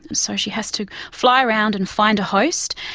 so she has to fly around and find a host,